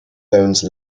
bone